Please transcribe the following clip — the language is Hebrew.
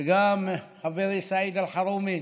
וגם חברי סעיד אלחרומי,